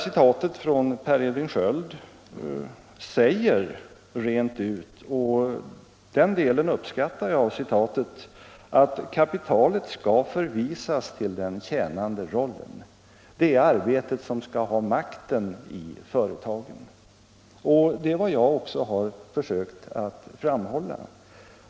Citatet från Per Edvin Sköld säger rent ut — och den delen av citatet uppskattar jag — att kapitalet skall förvisas till den tjänande rollen; det är arbetet som skall ha makten i företagen. Det är vad jag också har försökt att framhålla.